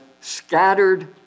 scattered